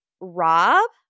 Rob